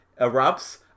erupts